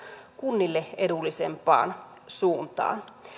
kunnille edullisempaan suuntaan